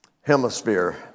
Hemisphere